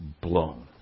blown